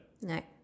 No